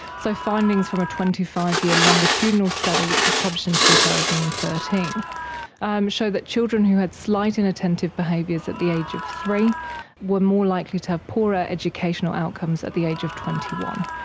so findings from a twenty five year longitudinal study which was published in two thousand and thirteen um show that children who had slight inattentive behaviours at the age of three were more likely to have poorer educational outcomes at the age of twenty one,